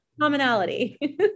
commonality